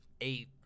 eight